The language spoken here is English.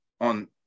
on